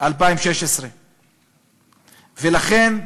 במרס 2016. ולכן,